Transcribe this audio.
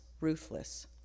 ruthless